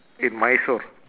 in mysore